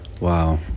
Wow